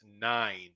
nine